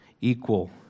equal